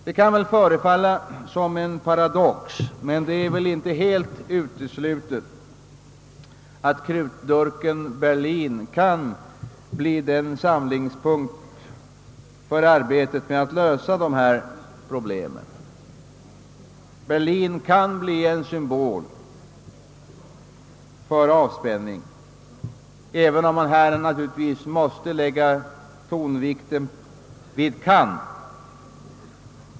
Det kan förefalla som en paradox, men det är inte helt uteslutet att krutdurken Berlin kan bli en samlingspunkt för arbetet att lösa dessa problem. Berlin kan bli en symbol för avspänning, även om man naturligtvis måste lägga tonvikten på ordet »kan».